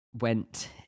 went